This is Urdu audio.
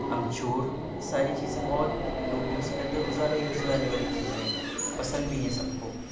امچور ساری چیزیں بہت لوگ یوز کرتے روزانہ یوز میں آنے والی چیزیں پسند بھی ہیں سب کو